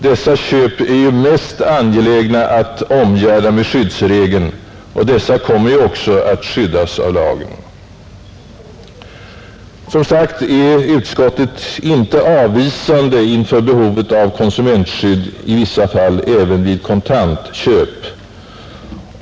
Dessa köp är det ju mest angeläget att omgärda med skyddsregeln, och de kommer också att skyddas av lagen. Som sagt är utskottet inte avvisande inför behovet av konsumentskydd i vissa fall även vid kontantköp.